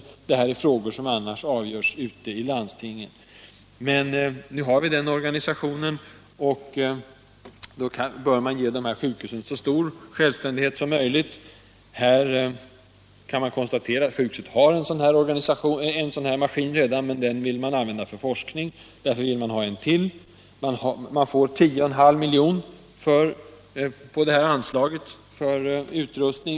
Detta är frågor som annars avgörs ute i landstingen. Nu har vi dock den organisationen, och då bör man ge dessa sjukhus så stor självständighet som möjligt. Man kan konstatera att sjukhuset redan har en sådan maskin. Eftersom man vill använda den för forskning önskar man en till. Men sjukhuset får 10,5 miljoner på anslaget till utrustning.